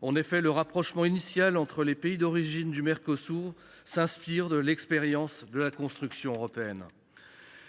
En effet, le rapprochement initial entre les pays d’origine du Mercosur s’inspire de l’expérience de la construction européenne.